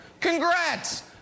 Congrats